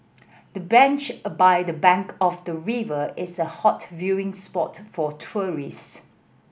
the bench by a the bank of the river is a hot viewing spot for tourists